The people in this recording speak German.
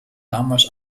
damals